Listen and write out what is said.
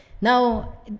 Now